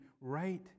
right